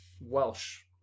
welsh